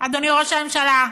אדוני ראש הממשלה.